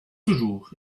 toujours